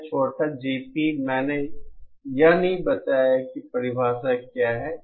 यह छोटा GP मैंने यह नहीं बताया कि परिभाषा क्या है